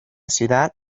ciudad